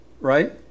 Right